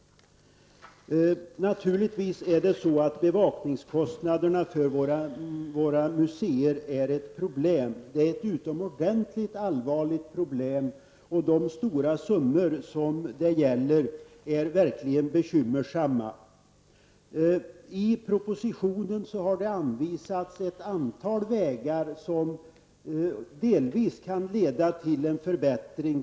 Bevakningskostnaderna för våra museer är naturligtvis ett problem. Det är ett utomordentligt allvarligt problem. De stora summor som det gäller är verkligen bekymmersamma. I propositionen har det anvisats ett antal vägar som delvis kan leda till en förbättring.